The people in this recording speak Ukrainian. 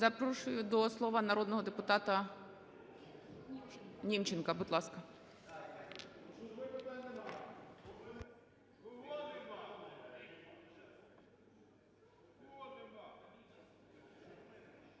Запрошую до слова народного депутата Німченка. Будь ласка.